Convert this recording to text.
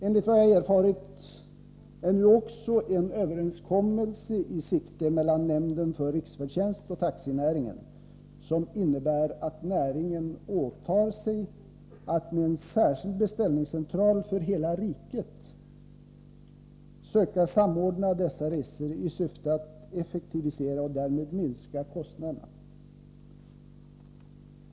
Enligt vad jag erfarit är nu också en överenskommelse i sikte mellan nämnden för riksfärdtjänst och taxinäringen, som innebär att näringen åtar sig att med en särskild beställningscentral för hela riket söka samordna dessa resor i syfte att effektivisera verksamheten och därmed minska kostnaderna.